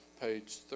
page